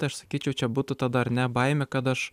aš sakyčiau čia būta dar ne baimė kad aš